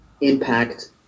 impact